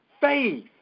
faith